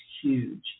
huge